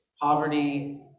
poverty